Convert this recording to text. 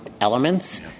elements